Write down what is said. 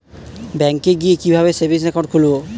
ব্যাঙ্কে গিয়ে কিভাবে সেভিংস একাউন্ট খুলব?